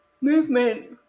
movement